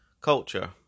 culture